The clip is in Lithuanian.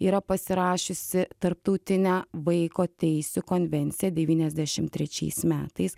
yra pasirašiusi tarptautinę vaiko teisių konvenciją devyniasdešim trečiais metais